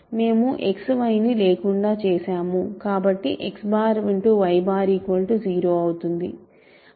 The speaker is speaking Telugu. మేము XY ని లేకుండా చేశాము కాబట్టి X Y 0 అవుతుంది